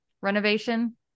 renovation